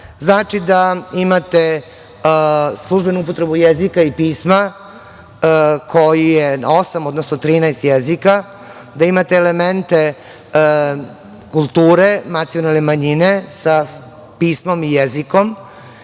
Znači da imate službenu upotrebu jezika i pisma koje je na osam, odnosno 13 jezika, da imate elemente kulture nacionalne manjine sa pismom i jezikom